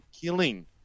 killing